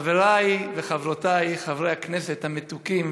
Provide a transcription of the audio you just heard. חבריי וחברותיי חברי הכנסת המתוקים